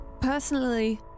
personally